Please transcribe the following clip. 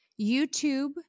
YouTube